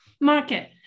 market